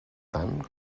tant